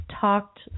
talked